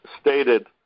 stated